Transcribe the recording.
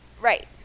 Right